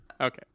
Okay